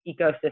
ecosystem